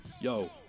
Yo